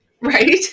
Right